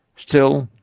still,